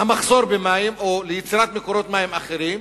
המחסור במים או ליצירת מקורות מים אחרים.